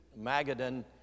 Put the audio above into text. Magadan